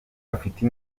afite